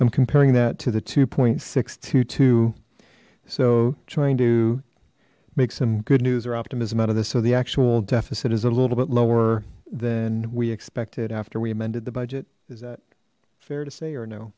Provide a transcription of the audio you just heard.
i'm comparing that to the two point six two two so trying to make some good news or optimism out of this so the actual deficit is a little bit lower than we expected after we amended the budget is that fair to say or no